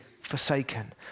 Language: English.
forsaken